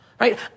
right